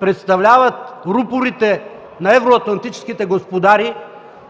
представляват рупорите на евроатлантическите господари,